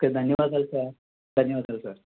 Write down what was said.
okay ధన్యవాదాలు sir ధన్యవాదాలు sir